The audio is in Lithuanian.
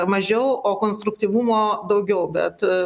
mažiau o konstruktyvumo daugiau bet